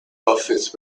office